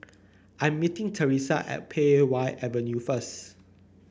I'm meeting Thresa at Pei Wah Avenue first